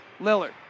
Lillard